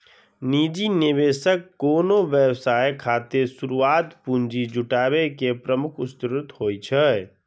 निजी निवेशक कोनो व्यवसाय खातिर शुरुआती पूंजी जुटाबै के प्रमुख स्रोत होइ छै